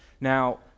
Now